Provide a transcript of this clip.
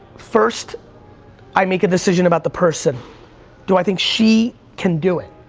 first i make a decision about the person do i think she can do it?